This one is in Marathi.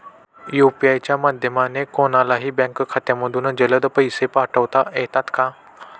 यू.पी.आय च्या माध्यमाने कोणलाही बँक खात्यामधून जलद पैसे पाठवता येतात का?